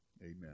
Amen